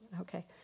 Okay